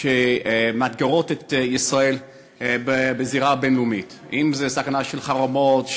שמאתגרים את ישראל בזירה הבין-לאומית: סכנה של חרמות,